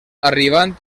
arribant